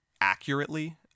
accurately